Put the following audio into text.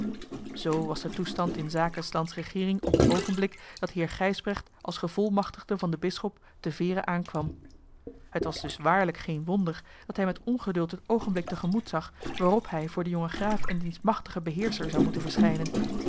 zoo was de toestand in zake s lands regeering op het oogenblik dat heer gijsbrecht als gevolmachtigde van den bisschop te veere aankwam het was dus waarlijk geen wonder dat hij met ongeduld het oogenblik te gemoet zag waarop hij voor den jongen graaf en diens machtigen beheerscher zou moeten verschijnen